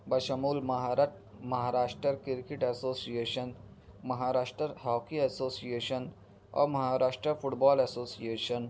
بشمول مہارٹ Maharashtra cricket association Maharashtra hockey association اور مہاراشٹر فٹ بال ایسوسیشن